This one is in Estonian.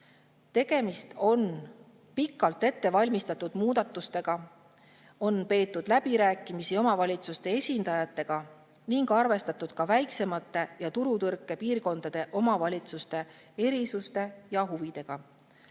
Tegemist on pikalt ettevalmistatud muudatustega. On peetud läbirääkimisi omavalitsuste esindajatega ning arvestatud ka väiksemate ja turutõrkepiirkondade omavalitsuste erisuste ja huvidega.